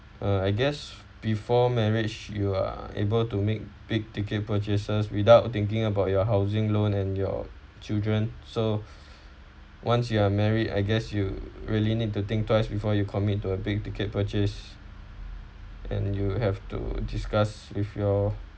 uh I guess before marriage you are able to make big-ticket purchases without thinking about your housing loan and your children so once you are married I guess you really need to think twice before you commit to a big-ticket purchase and you have to discuss with your